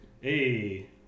Hey